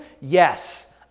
Yes